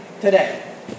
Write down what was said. today